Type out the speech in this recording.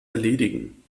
erledigen